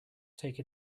take